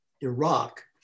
Iraq